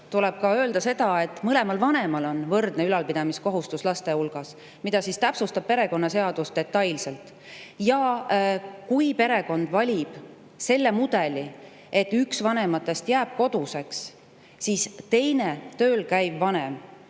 tuleb ka öelda seda, et mõlemal vanemal on võrdne kohustus oma lapsi üleval pidada, mida täpsustab perekonnaseadus detailselt. Kui perekond valib selle mudeli, et üks vanematest jääb koduseks, siis teine, tööl käiv vanem